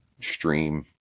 stream